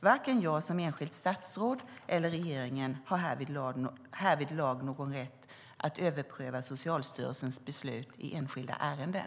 Varken jag som enskilt statsråd eller regeringen har härvidlag någon rätt att överpröva Socialstyrelsens beslut i enskilda ärenden.